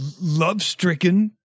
love-stricken